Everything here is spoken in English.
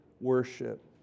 worship